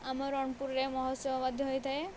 ଆମ ରଣପୁରରେ ମହୋତ୍ସବ ମଧ୍ୟ ହୋଇଥାଏ